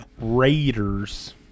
Raiders